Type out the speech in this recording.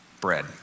bread